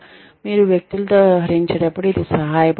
మీరు వ్యక్తులతో వ్యవహరించేటప్పుడు ఇది సహాయపడుతుంది